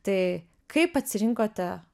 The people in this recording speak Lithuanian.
tai kaip atsirinkote